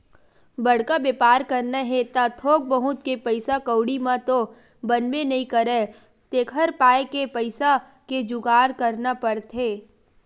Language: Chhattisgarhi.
बड़का बेपार करना हे त थोक बहुत के पइसा कउड़ी म तो बनबे नइ करय तेखर पाय के पइसा के जुगाड़ करना पड़थे